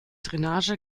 drainage